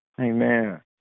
Amen